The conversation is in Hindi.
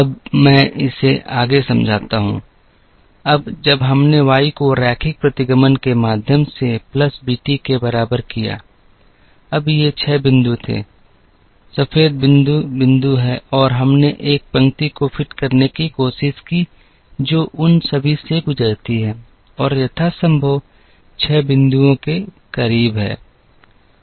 अब मैं इसे आगे समझाता हूं अब जब हमने Y को रैखिक प्रतिगमन के माध्यम से प्लस b t के बराबर किया अब ये 6 बिंदु थे सफेद बिंदु बिंदु हैं और हमने एक पंक्ति को फिट करने की कोशिश की जो उन सभी से गुजरती है और यथासंभव 6 बिंदुओं के करीब है